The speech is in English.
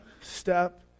step